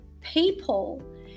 people